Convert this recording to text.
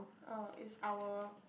oh it's our